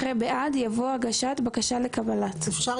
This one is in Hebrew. אחרי "בעד" יבוא "הגשת בקשה לקבלת"; אפשר